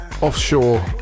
Offshore